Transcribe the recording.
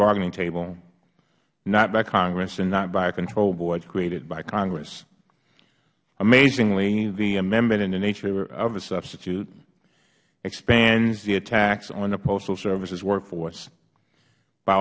bargaining table not by congress and not by a control board created by congress amazingly the amendment in the nature of a substitute expands the attacks on the postal services workforce by